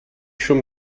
schon